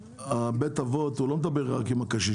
בית אבות לא מדבר רק עם הקשיש,